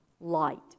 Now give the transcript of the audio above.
light